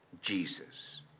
Jesus